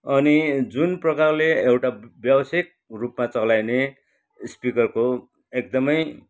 अनि जुन प्रकारले एउटा व्यावसायिक रूपमा चलाइने स्पिकरको एकदमै